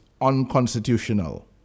unconstitutional